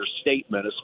statement